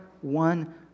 one